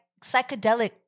psychedelic